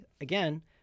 Again